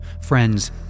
Friends